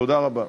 תודה רבה.